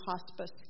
hospice